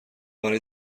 برای